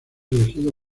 elegido